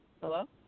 Hello